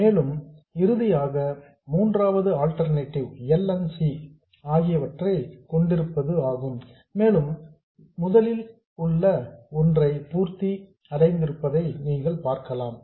மேலும் இறுதியாக மூன்றாவது ஆல்ட்டர்நேட்டிவ் L மற்றும் C ஆகியவற்றை கொண்டிருப்பது ஆகும் மேலும் முதலில் உள்ள ஒன்றை பூர்த்தி அடைந்திருப்பதை நீங்கள் பார்க்கலாம்